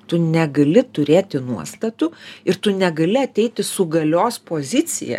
tu negali turėti nuostatų ir tu negali ateiti su galios pozicija